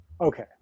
Okay